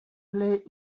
play